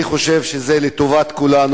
אני חושב שזה לטובת כולנו.